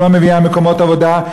שלא מביאה מקומות עבודה,